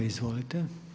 Izvolite.